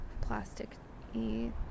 plastic-y